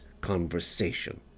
conversation